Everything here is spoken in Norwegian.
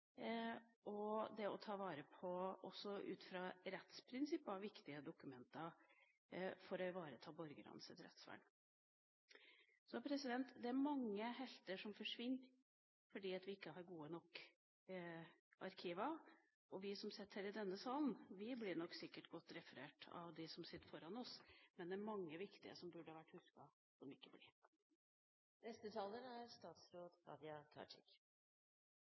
ut fra rettsprinsipper – viktige dokumenter for å ivareta borgernes rettsvern. Det er mange helter som forsvinner fordi vi ikke har gode nok arkiver. Vi som sitter her i denne salen, blir sikkert godt referert av dem som sitter foran oss, men det er mange viktige som burde vært husket, som ikke blir det. Arkivpolitikken er